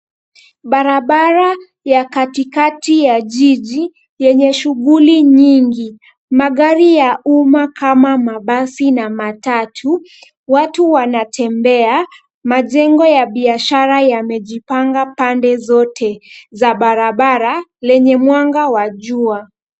Barabara ya katikati ya jiji yenye shughuli nyingi. Magari ya umma kama mabasi na matatu. Watu wanatembea. Majengo ya biashara yamejipanga pande zote za barabara lenye mwanga wa jua.